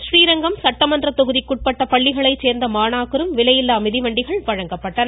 றீரங்கம் சட்டமன்ற தொகுதிக்குட்பட்ட பள்ளிகளைச் சேர்ந்த மாணாக்கருக்கும் விலையில்லா மிதிவண்டிகள் வழங்கப்பட்டன